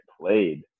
played